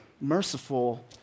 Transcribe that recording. merciful